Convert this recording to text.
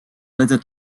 later